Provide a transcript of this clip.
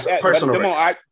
personal